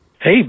Hey